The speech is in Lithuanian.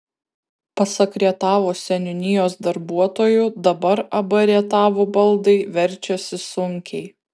pasak rietavo seniūnijos darbuotojų dabar ab rietavo baldai verčiasi sunkiai